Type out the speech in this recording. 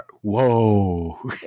whoa